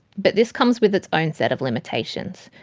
but this comes with its own set of limitations,